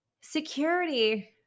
Security